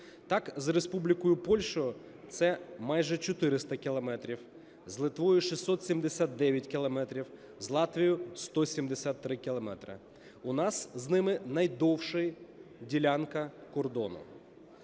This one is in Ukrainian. Так, з Республікою Польщею це майже 400 кілометрів, з Литвою – 679 кілометрів, з Латвією – 173 кілометри. У нас з ними найдовша ділянка кордону.